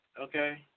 okay